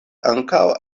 ankaŭ